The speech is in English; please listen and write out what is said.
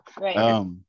Right